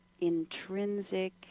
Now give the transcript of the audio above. intrinsic